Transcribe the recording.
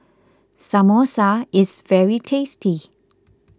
Samosa is very tasty